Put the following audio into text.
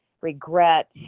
regret